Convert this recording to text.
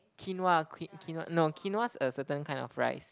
quinoa que~ no quinoa is a certain kind of rice